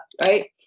right